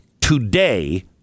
today